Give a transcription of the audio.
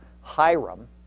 Hiram